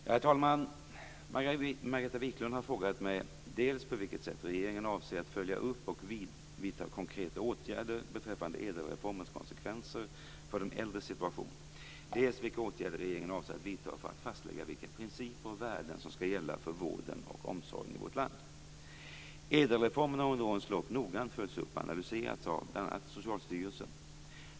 Herr talman! Margareta Viklund har frågat mig dels på vilket sätt regeringen avser att följa upp och vidta konkreta åtgärder beträffande ädelreformens konsekvenser för de äldres situation, dels vilka åtgärder regeringen avser att vidta för att fastlägga vilka principer och värden som skall gälla för vården och omsorgen i vårt land. Ädelreformen har under årens lopp noggrant följts upp och analyserats av bl.a. Socialstyrelsen.